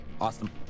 Awesome